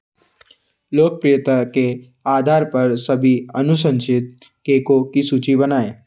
लोकप्रियता के आधार पर सभी अनुसंचित केकों की सूची बनाएँ